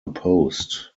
opposed